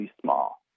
small